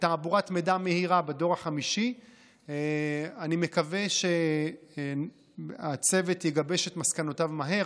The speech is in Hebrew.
ותעבורת מידע מהירה בדור 5. אני מקווה שהצוות יגבש את מסקנותיו מהר.